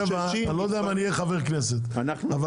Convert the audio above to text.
ב-2027, אני לא יודע אם אני אהיה חבר כנסת, הרי